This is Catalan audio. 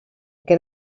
que